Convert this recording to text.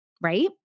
right